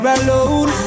alone